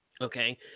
Okay